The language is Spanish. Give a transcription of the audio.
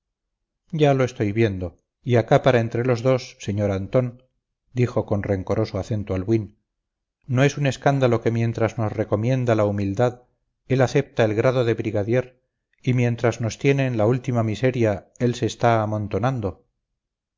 ya lo estoy viendo y acá para entre los dos sr antón dijo con rencoroso acento albuín no es un escándalo que mientras nos recomienda la humildad él acepta el grado de brigadier y mientras nos tiene en la última miseria él se está amontonando